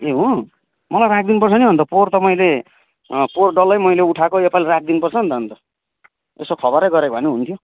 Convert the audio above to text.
ए हो मलाई राखिदिनु पर्छ नि अन्त पोहोर त मैले पोहोर डल्लै मैले उठाएको योपालि राखिदिनु पर्छ नि त अन्त यसो खबरै गरेको भए नि हुन्थ्यो